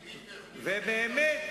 ובאמת,